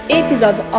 episode